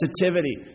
sensitivity